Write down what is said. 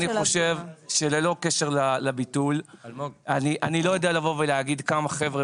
אני חושב שללא קשר לביטול אני לא יודע לבוא ולהגיד כמה חבר'ה